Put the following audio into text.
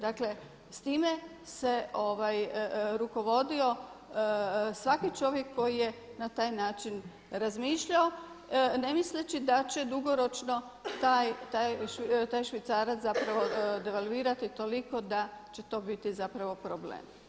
Dakle, tim se rukovodio svaki čovjek koji je na taj način razmišljao ne misleći da će dugoročno taj švicarac zapravo devalvirati toliko da će to biti zapravo problem.